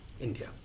India